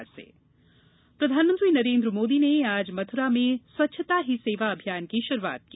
स्वच्छता ही सेवा प्रधानमंत्री नरेंद्र मोदी ने आज मथुरा में स्वच्छता ही सेवा अभियान की शुरुआत की